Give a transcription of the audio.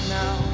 now